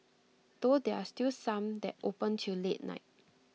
though there are still some that open till late night